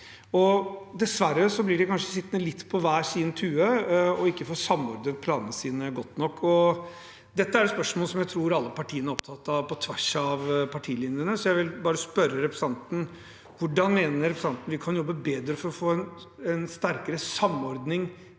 Dessverre blir de kanskje sittende litt på hver sin tue og får ikke samordnet planene sine godt nok. Dette er et spørsmål som jeg tror alle partiene er opptatt av, på tvers av partilinjene, så jeg vil bare spørre representanten: Hvordan mener representanten vi kan jobbe bedre for å få en sterkere samordning